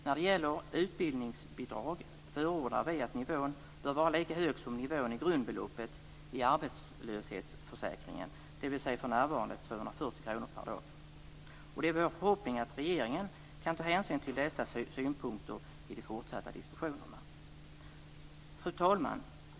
När det gäller utbildningsbidraget förordar vi att nivån bör vara lika hög som nivån i grundbeloppet i arbetslöshetsförsäkringen, dvs. för närvarande 240 kr per dag. Och det är vår förhoppning att regeringen kan ta hänsyn till dessa synpunkter i de fortsatta diskussionerna. Fru talman!